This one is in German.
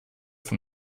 von